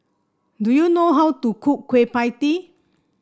do you know how to cook Kueh Pie Tee